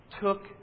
took